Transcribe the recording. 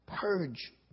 Purge